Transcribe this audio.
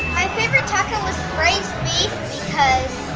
favorite taco was the braised beef because